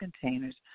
containers